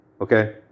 Okay